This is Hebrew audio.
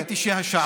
ראיתי שהשעון,